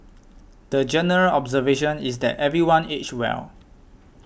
the general observation is that everyone aged well